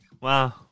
Wow